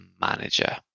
manager